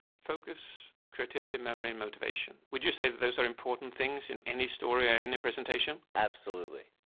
focus, creativity, memory, and motivation. would you say that those are important things in any story or any presentation? absolutely.